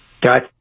got